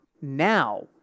now